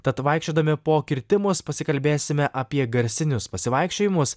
tad vaikščiodami po kirtimus pasikalbėsime apie garsinius pasivaikščiojimus